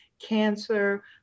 cancer